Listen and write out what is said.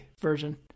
version